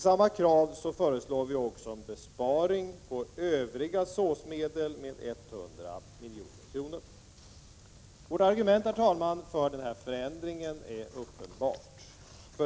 Samtidigt föreslår vi också en besparing på övriga SÅS-medel med 100 milj.kr. Våra argument, herr talman, för denna förändring är uppenbara.